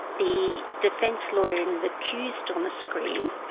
the defence lawyer and the accused on a screen,